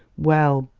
well,